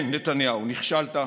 כן, נתניהו, נכשלת.